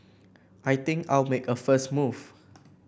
I think I'll make a first move